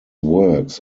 works